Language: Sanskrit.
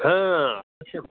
अवश्यम्